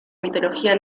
mitología